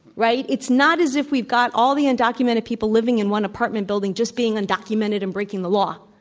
right? it's not as if we've got all the undocumented people living in one apartment building just being undocumented and breaking the law.